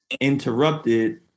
interrupted